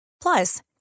Plus